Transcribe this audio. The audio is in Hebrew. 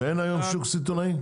ויש היום שוק סיטונאי?